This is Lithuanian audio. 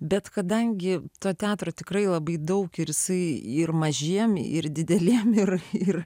bet kadangi to teatro tikrai labai daug ir savyje ir mažiems ir dideliems ir ir